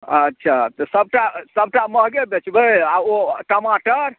अच्छा तऽ सबटा सबटा महगे बेचबै आओर ओ टमाटर